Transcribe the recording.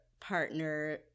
partner